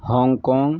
Hong Kong